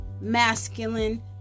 masculine